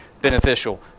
beneficial